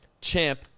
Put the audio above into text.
Champ